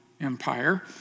Empire